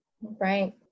Right